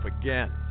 again